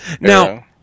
Now